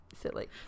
silly